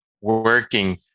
working